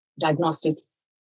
Diagnostics